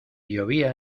llovía